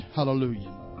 Hallelujah